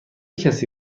کسی